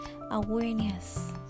Awareness